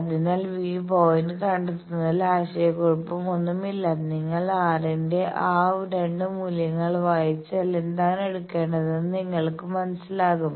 അതിനാൽ പോയിന്റ് കണ്ടെത്തുന്നതിൽ ആശയക്കുഴപ്പമൊന്നുമില്ല നിങ്ങൾ R ന്റെ ആ 2 മൂല്യങ്ങൾ വായിച്ചാൽ ഏതാണ് എടുക്കേണ്ടതെന്ന് നിങ്ങൾക്ക് മനസ്സിലാകും